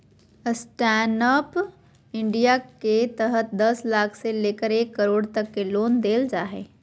stand up India के तहत दस लाख से लेकर एक करोड़ तक के लोन देल जा हइ